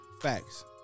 Facts